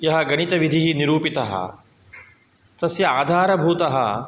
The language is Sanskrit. यः गणितविधिः निरूपितः तस्य आधारभूतः